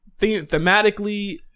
thematically